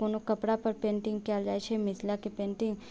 कोनो कपड़ापर पेंटिंग कयल जाइत छै मिथिलाके पेंटिंग तऽ